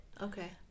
Okay